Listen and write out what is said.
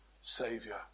Savior